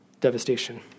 devastation